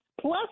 plus